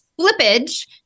flippage